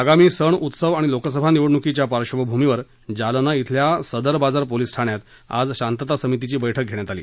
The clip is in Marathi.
आगामी सण उत्सव आणि लोकसभा निवडणुकीच्या पार्श्वभूमीवर जालना श्विल्या सदर बाजार पोलीस ठाण्यात आज शांतता समितीची बैठक घेण्यात आली